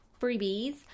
freebies